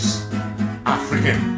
African